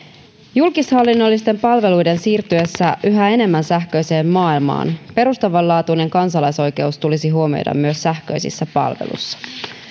julkishallinnollisten palveluiden siirtyessä yhä enemmän sähköiseen maailmaan perustavanlaatuinen kansalaisoikeus tulisi huomioida myös sähköisissä palveluissa